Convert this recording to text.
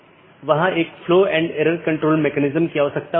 इन विशेषताओं को अनदेखा किया जा सकता है और पारित नहीं किया जा सकता है